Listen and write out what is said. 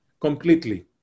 completely